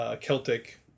Celtic